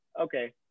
Okay